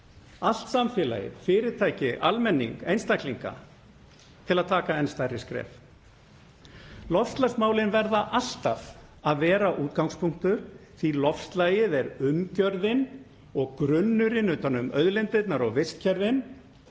allt samfélagið, fyrirtæki, almenning, einstaklinga, til að taka enn stærri skref. Loftslagsmálin verða alltaf að vera útgangspunktur því að loftslagið er umgjörðin og grunnurinn utan um auðlindirnar og vistkerfin